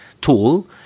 tool